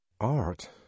Art